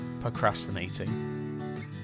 procrastinating